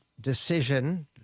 decision